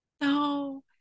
No